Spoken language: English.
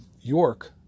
York